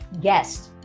guest